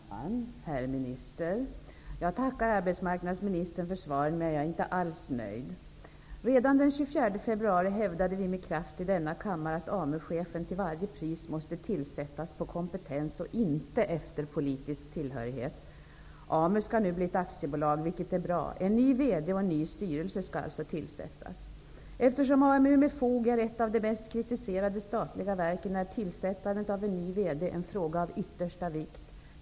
Fru talman! Herr arbetsmarknadsminister! Jag tackar arbetsmarknadsministern för svaret, men jag är inte alls nöjd med svaret. Redan den 24 februari hävdade Ny demokrati med kraft i denna kammare att AMU-chefen till varje pris måste tillsättas efter kompetens och inte efter politisk tillhörighet. AMU skall nu bli ett aktiebolag. Det är bra. En ny VD och en ny styrelse skall tillsättas. Eftersom AMU med fog är ett av de mest kritiserade statliga verken är tillsättandet av en ny VD en fråga av yttersta vikt.